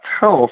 health